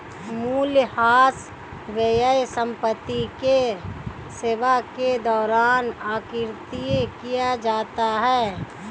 मूल्यह्रास व्यय संपत्ति की सेवा के दौरान आकृति किया जाता है